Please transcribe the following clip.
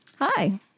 Hi